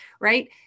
right